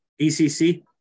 ECC